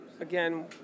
again